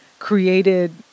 created